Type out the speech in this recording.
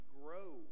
grow